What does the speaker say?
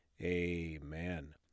amen